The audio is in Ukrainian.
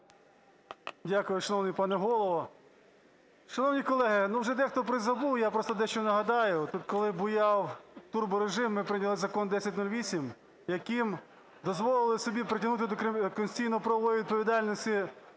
Дякую, шановний пане голово. Шановні колеги, вже дехто призабув, я просто дещо нагадаю. Тут коли буяв турборежим, ми прийняли Закон 1008, яким дозволили собі притягнути до конституційно-правової відповідальності